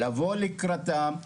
לבוא לקראתם,